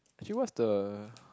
actually what's the